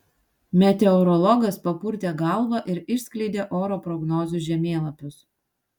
meteorologas papurtė galvą ir išskleidė oro prognozių žemėlapius